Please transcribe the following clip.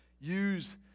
use